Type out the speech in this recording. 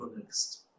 next